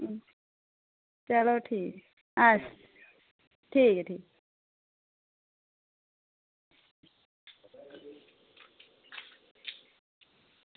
चलो ठीक ऐ अच्छा ठीक ऐ ठीक